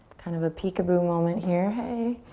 kind of a peekaboo moment here. hey.